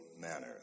manner